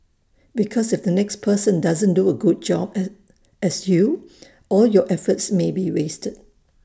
because if the next person doesn't do A good job as you all your efforts may be wasted